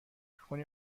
میکنی